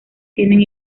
tienen